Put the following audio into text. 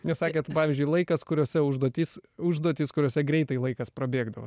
nes sakėt pavyzdžiui laikas kuriose užduotys užduotys kuriose greitai laikas prabėgdavo